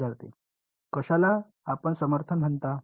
विद्यार्थीः कशाला आपण समर्थन म्हणता